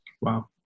Wow